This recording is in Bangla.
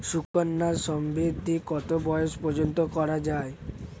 সুকন্যা সমৃদ্ধী কত বয়স পর্যন্ত করা যায়?